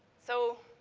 so,